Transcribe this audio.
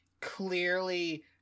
clearly